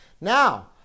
Now